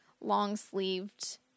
long-sleeved